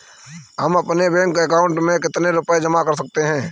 हम अपने bank account में कितने रुपये जमा कर सकते हैं?